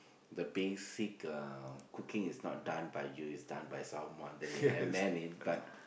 the basic uh cooking is not done by you is done by someone then you amend it but